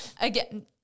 again